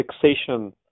fixation